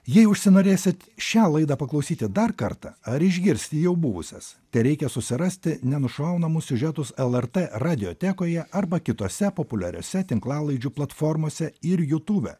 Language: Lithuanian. jei užsinorėsit šią laidą paklausyti dar kartą ar išgirsti jau buvusias tereikia susirasti nenušaunamus siužetus lrt radiotekoje arba kitose populiariose tinklalaidžių platformose ir jutūbe